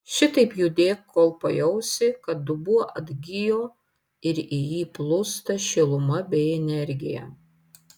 šitaip judėk kol pajausi kad dubuo atgijo ir į jį plūsta šiluma bei energija